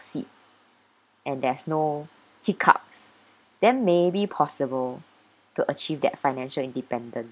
and there's no hiccups then maybe possible to achieve that financial independent